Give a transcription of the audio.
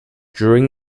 during